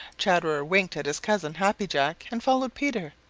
chatterer winked at his cousin, happy jack, and followed peter,